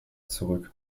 zurück